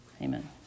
Amen